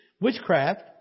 witchcraft